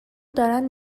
دارن